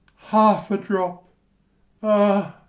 half a drop ah,